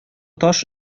таш